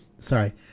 Sorry